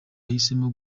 yahisemo